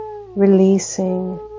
releasing